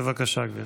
בבקשה, גברתי.